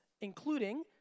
including